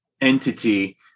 entity